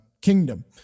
kingdom